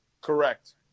Correct